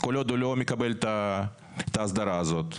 וכל עוד הוא לא מקבל את ההסדרה הזאת,